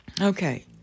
Okay